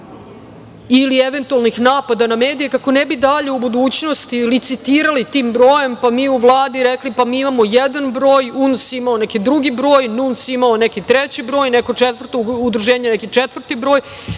ili eventualnih napada na medije, kako ne bi dalje u budućnosti licitirali tim brojem, pa mi u Vladi rekli – pa mi imamo jedan broj, unosimo neki drugi broj, NUNS ima neki treći broj, neko četvrto udruženje neki četvrti broj,